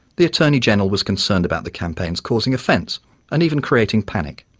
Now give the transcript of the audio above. the attorney general was concerned about the campaigns causing offence and even creating panic.